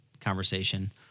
conversation